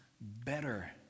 better